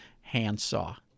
handsaw